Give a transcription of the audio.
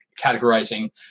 categorizing